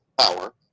power